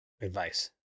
advice